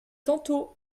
tantôt